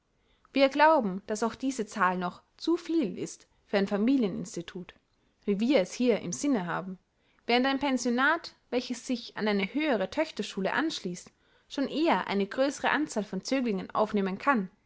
wir glauben daß auch diese zahl noch zu viel ist für ein familien institut wie wir es hier im sinne haben während ein pensionat welches sich an eine höhere töchterschule anschließt schon eher eine größere anzahl von zöglingen aufnehmen kann